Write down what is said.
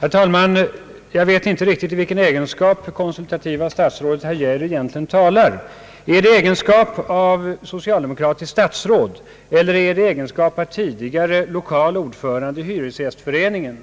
Herr talman! Jag vet inte riktigt i vilken egenskap herr Geijer egentligen talar. Är det i egenskap av konsultativt socialdemokratiskt statsråd eller är det i egenskap av tidigare lokalordförande i Hyresgästföreningen?